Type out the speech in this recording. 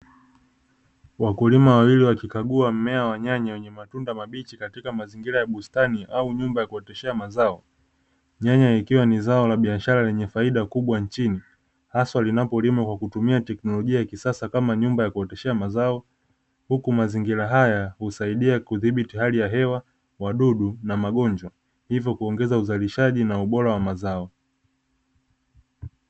Wakulima wawili wakikagua mmea wa nyanya wenye matunda mabichi katika mazingira ya bustani au nyumba ya kuoteshea mazao, nyanya ikiwa ni zao lenye faida kubwa nchini hasa linapolimwa kwakutumia teknolojia ya kisasa kama nyumba ya kuoteshea mazao huku mazingira haya husaidia kudhibiti hali ya hewa, wadudu na magonjwa hivyo kuongeza uzalishaji na ubora wa mazao.